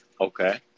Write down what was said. Okay